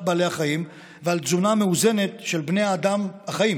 בעלי החיים ועל תזונה מאוזנת של בני האדם החיים,